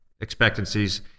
expectancies